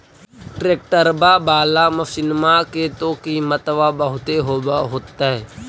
ट्रैक्टरबा बाला मसिन्मा के तो किमत्बा बहुते होब होतै?